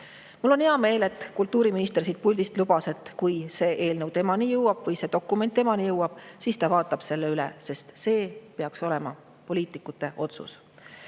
Mul on hea meel, et kultuuriminister siit puldist lubas, et kui see eelnõu või dokument temani jõuab, siis ta vaatab selle üle, sest see peaks olema poliitikute otsus.